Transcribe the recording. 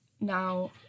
now